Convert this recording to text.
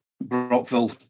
Brockville